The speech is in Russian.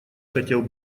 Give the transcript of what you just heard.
хотел